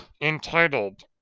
entitled